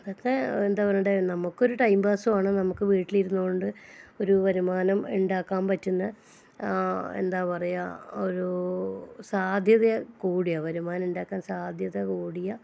അതൊക്കെ എന്താ പറയണ്ടേ നമുക്കൊരു ടൈം പാസും ആണ് നമുക്ക് വീട്ടിലിരുന്ന് കൊണ്ട് ഒരു വരുമാനം ഉണ്ടാക്കാൻ പറ്റുന്ന എന്താ പറയാ ഒരു സാധ്യത കൂടിയ വരുമാനം ഉണ്ടാക്കാൻ സാധ്യത കൂടിയ